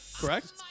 Correct